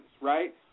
right